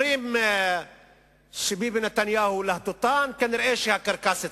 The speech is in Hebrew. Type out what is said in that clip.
אומרים שביבי נתניהו להטוטן, כנראה הקרקס התחיל.